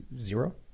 zero